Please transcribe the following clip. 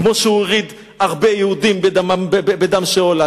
כמו שהוא הוריד הרבה יהודים בדם שאולה,